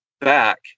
back